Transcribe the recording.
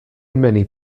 many